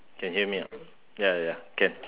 can hear me or not ya ya ya can